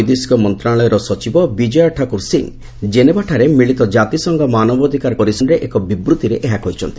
ବୈଦେଶିକ ମନ୍ତ୍ରଣାଳୟର ସଚିବ ବିଜୟା ଠାକୁର ସିଂ ଜେନେଭାଠାରେ ମିଳିତ କାତିସଂଘ ମାନବାଧିକାର ପରିଷଦରେ ଏକ ବିବୃତିରେ ଏହା କହିଛନ୍ତି